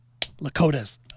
Lakotas